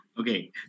Okay